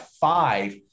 five